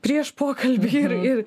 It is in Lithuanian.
prieš pokalbį ir ir